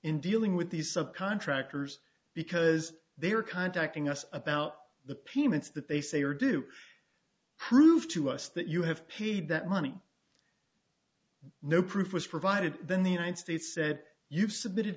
in dealing with these subcontractors because they are contacting us about the payments that they say or do prove to us that you have paid that money no proof was provided then the united states said you've submitted